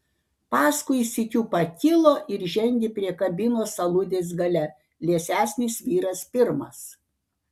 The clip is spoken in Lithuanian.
paskui sykiu pakilo ir žengė prie kabinos aludės gale liesesnis vyras pirmas